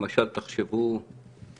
למשל, תחשבו על